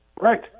Right